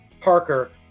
Parker